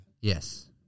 Yes